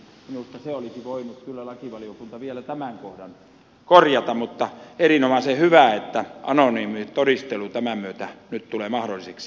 minusta lakivaliokunta olisi voinut kyllä vielä tämän kohdan korjata mutta erinomaisen hyvä että anonyymi todistelu tämän myötä nyt tulee mahdolliseksi